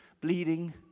bleeding